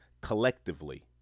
collectively